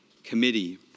Committee